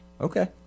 Okay